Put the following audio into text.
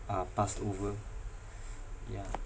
uh passed over yeah